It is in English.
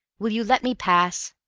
will you let me pass?